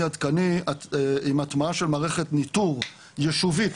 ועדכני עם הטמעה של מערכת ניטור יישובית,